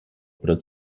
oder